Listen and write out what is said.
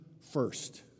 first